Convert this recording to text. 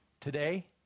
today